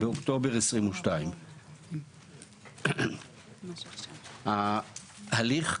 באוקטובר 2022. ההליך,